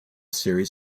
series